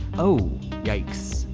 oh. yikes.